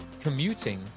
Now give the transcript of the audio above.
commuting